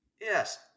Yes